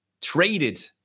traded